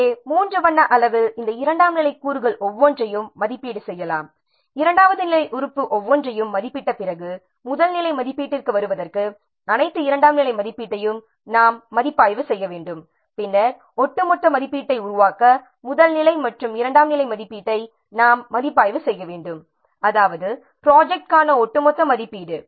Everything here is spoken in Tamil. எனவே மூன்று வண்ண அளவில் இந்த இரண்டாம் நிலை கூறுகள் ஒவ்வொன்றையும் மதிப்பீடு செய்யலாம் இரண்டாவது நிலை உறுப்பு ஒவ்வொன்றையும் மதிப்பிட்ட பிறகு முதல் நிலை மதிப்பீட்டிற்கு வருவதற்கு அனைத்து இரண்டாம் நிலை மதிப்பீட்டையும் நாங்கள் மதிப்பாய்வு செய்ய வேண்டும் பின்னர் ஒட்டுமொத்த மதிப்பீட்டை உருவாக்க முதல் நிலை மற்றும் இரண்டாம் நிலை மதிப்பீட்டை நாங்கள் மதிப்பாய்வு செய்ய வேண்டும் அதாவது ப்ராஜெக்ட்க்கான ஒட்டுமொத்த மதிப்பீடு